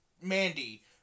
Mandy